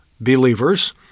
believers